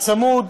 הצמוד,